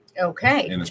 Okay